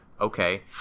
okay